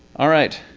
all right.